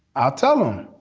i'll tell him.